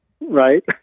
Right